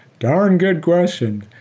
darn! good question.